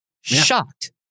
shocked